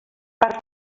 per